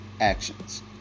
actions